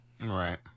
right